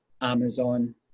Amazon